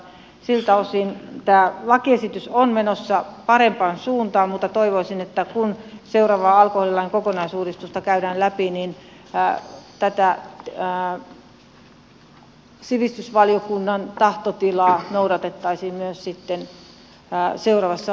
siltä osin tämä lakiesitys on menossa parempaan suuntaan mutta toivoisin että kun seuraavaa alkoholilain kokonaisuudistusta käydään läpi niin tätä sivistysvaliokunnan tahtotilaa noudatettaisiin myös sitten seuraavassa lakiesitysvalmistelussa